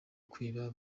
kwiba